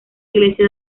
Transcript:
iglesia